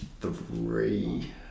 Three